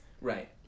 Right